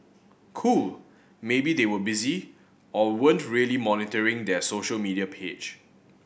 cool maybe they were busy or weren't really monitoring their social media page